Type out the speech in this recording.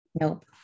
Nope